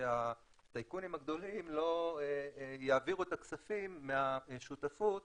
שהטייקונים הגדולים לא יעבירו את הכספים מהשותפות